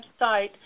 website